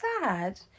sad